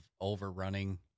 overrunning